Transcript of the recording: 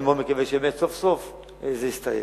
ואני מאוד מקווה שבאמת סוף-סוף זה יסתיים.